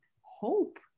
hope